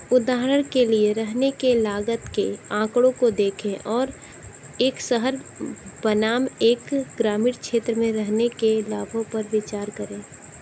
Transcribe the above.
उदाहरण के लिए रहने के लागत के आंकड़ों को देखें और एक शहर बनाम एक ग्रामीण क्षेत्र में रहने के लाभों पर विचार करें